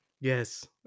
Yes